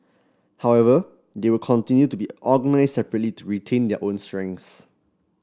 however they will continue to be organised separately to retain their own strengths